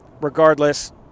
regardless